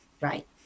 Right